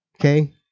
Okay